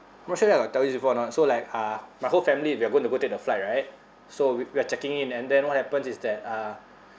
not sure that I got tell you this before or not so like uh my whole family we're going to go take the flight right so we we're checking in and then what happens is that uh